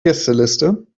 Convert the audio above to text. gästeliste